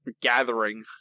gathering